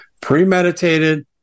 premeditated